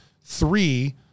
three